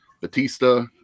Batista